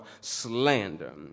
slander